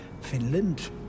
Finland